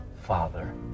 Father